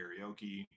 karaoke